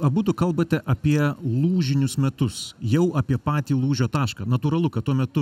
abudu kalbate apie lūžinius metus jau apie patį lūžio tašką natūralu kad tuo metu